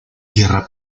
tierra